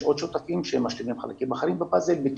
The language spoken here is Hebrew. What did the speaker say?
יש עוד שותפים שמשלימים בפאזל חלקים אחרים בתקווה